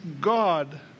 God